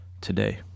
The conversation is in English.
today